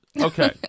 okay